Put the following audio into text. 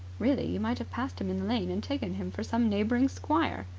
really, you might have passed him in the lane and taken him for some neighbouring squire.